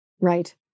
Right